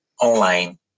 online